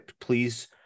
please